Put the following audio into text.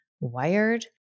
wired